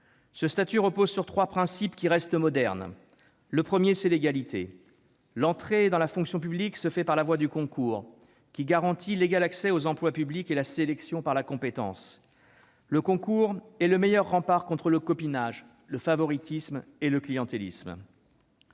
Il repose sur trois principes, qui restent modernes. Le premier, c'est l'égalité. L'entrée dans la fonction publique se fait par la voie du concours, qui garantit l'égal accès aux emplois publics et la sélection par la compétence. Le concours est le meilleur rempart contre le copinage, le favoritisme et le clientélisme.